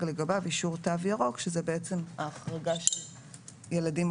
לגביו אישור "תו ירוק"."; אחרי תקנת משנה ג)